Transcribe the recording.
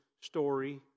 story